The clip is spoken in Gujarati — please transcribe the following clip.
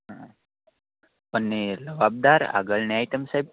હહ પનીર લવાબદાર આગળની આઈટમ સાહેબ